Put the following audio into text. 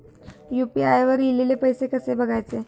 UPI वर ईलेले पैसे कसे बघायचे?